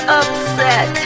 upset